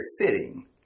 fitting